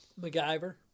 MacGyver